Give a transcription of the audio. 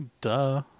duh